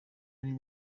ari